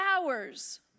hours